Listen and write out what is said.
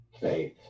Faith